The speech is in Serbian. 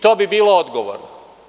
To bi bilo odgovorno.